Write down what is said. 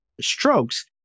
strokes